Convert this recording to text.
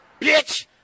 Bitch